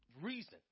reason